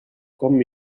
com